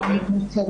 הגשתי